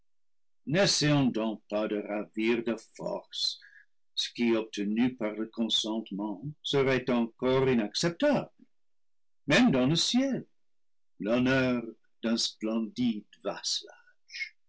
donc pas de ravir de force ce qui obtenu par le consentement serait encore inacceptable même dans le ciel l'honneur d'un splendide vasselage